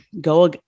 go